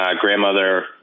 grandmother